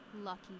lucky